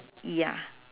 ya